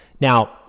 Now